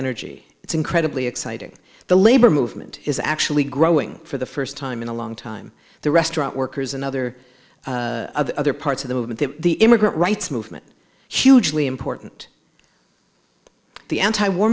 energy it's incredibly exciting the labor movement is actually growing for the first time in a long time the restaurant workers another of the other parts of the movement in the immigrant rights movement hugely important the anti war